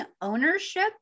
ownership